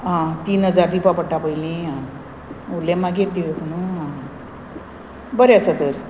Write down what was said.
आं तीन हजार दिवपा पडटा पयलीं आं फुडले मागीर दिवप न्हू आं बरें आसा तर